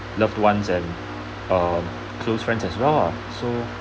love ones and err close friends as well lah so